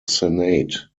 senate